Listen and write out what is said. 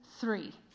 three